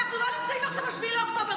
אנחנו לא נמצאים עכשיו ב-7 באוקטובר.